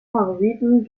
favoriten